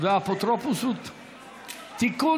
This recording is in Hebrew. והאפוטרופסות (תיקון,